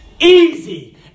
easy